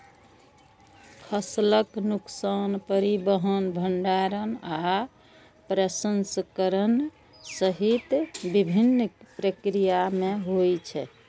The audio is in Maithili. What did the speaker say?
फसलक नुकसान परिवहन, भंंडारण आ प्रसंस्करण सहित विभिन्न प्रक्रिया मे होइ छै